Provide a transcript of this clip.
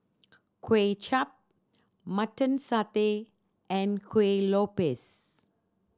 Kway Chap Mutton Satay and Kuih Lopes